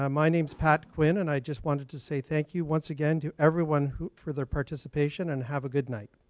um my name's pat quinn, and i just wanted to say thank you once again to everyone for their participation, and have a good night.